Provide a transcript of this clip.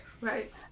right